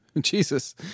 jesus